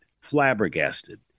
flabbergasted